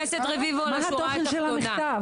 הרשימה הערבית המאוחדת): מה תוכן המכתב?